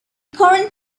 current